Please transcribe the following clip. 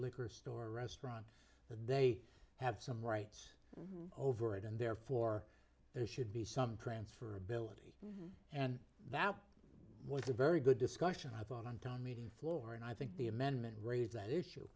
liquor store or restaurant that they have some rights over it and therefore there should be some transfer ability and that was a very good discussion i thought on town meeting floor and i think the amendment raised that issue